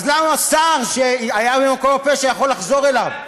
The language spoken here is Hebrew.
אז למה שר שהיה במקום הפשע יכול לחזור אליו?